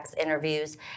interviews